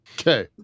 Okay